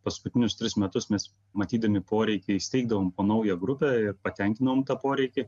paskutinius tris metus mes matydami poreikį įsteigdavom po naują grupę ir patenkinom tą poreikį